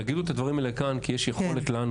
תגידו את הדברים האלה כאן כי יש יכולת לנו